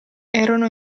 erano